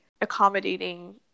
accommodating